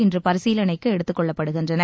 இன்று பரிசீலனைக்கு எடுத்துக் கொள்ளப்படுகின்றன